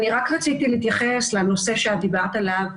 אני רק רציתי להתייחס לנושא שאת דיברת עליו,